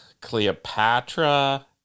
Cleopatra